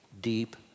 deep